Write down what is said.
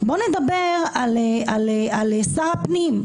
בואו נדבר על שר הפנים,